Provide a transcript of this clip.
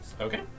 Okay